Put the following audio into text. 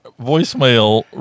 voicemail